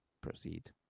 Proceed